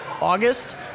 August